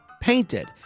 painted